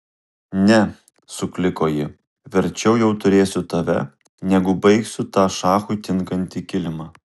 ne sukliko ji verčiau jau turėsiu tave negu baigsiu tą šachui tinkantį kilimą